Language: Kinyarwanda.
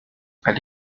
ally